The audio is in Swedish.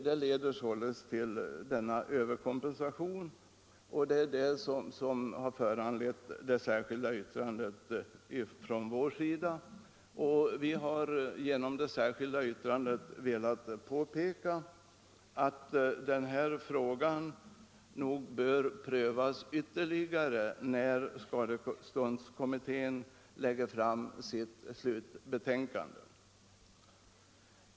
Det leder således till överkompensation. Det är det som har föranlett det särskilda yttrandet från vår sida. Vi har genom detta velat påpeka att den här frågan bör prövas ytterligare när skadeståndskommittén lägger fram sitt slutbetänkande.